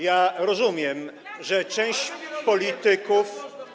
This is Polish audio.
Ja rozumiem, że część polityków.